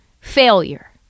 failure